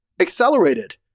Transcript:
accelerated